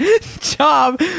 job